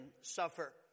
suffer